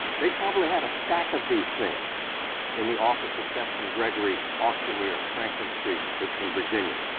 they probably had a stack of these things in the office of betts and gregory, auctioneer, franklin street, richmond, virginia,